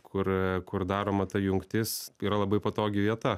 kur kur daroma ta jungtis yra labai patogi vieta